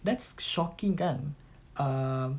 that's shocking kan um